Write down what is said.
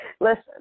Listen